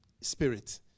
spirit